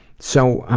so, um,